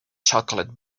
chocolate